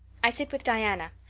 i sit with diana.